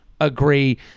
agree